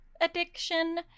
addiction